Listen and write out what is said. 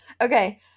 Okay